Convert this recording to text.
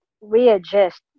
readjust